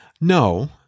No